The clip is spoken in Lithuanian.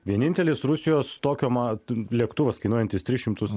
vienintelis rusijos tokio lėktuvas kainuojantis trys šimtus